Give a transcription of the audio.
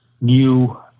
new